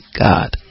God